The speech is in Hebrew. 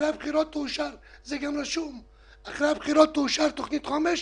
זה גם רשום ואחרי הבחירות תאושר תוכנית חומש